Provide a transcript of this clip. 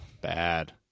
bad